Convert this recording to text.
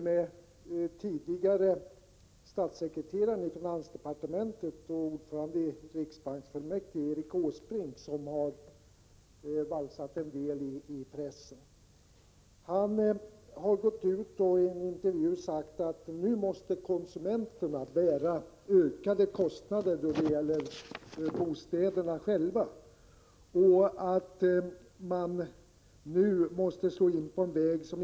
Den tidigare statssekreteraren i finansdepartementet och tillika ordföranden i riksbanksfullmäktige Erik Åsbrink — vars uttalanden har valsat runt en del i pressen — har sagt i en intervju att konsumenterna själva nu måste bära ökade kostnader då det gäller bostäderna och att man nu måste slå in på en annan väg.